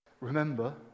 Remember